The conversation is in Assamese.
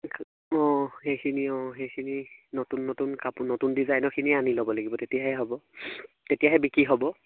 অঁ সেইখিনি অঁ সেইখিনি নতুন নতুন কাপোৰ নতুন ডিজাইনৰখিনি আনি ল'ব লাগিব তেতিয়াহে হ'ব তেতিয়াহে বিক্ৰী হ'ব